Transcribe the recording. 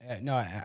No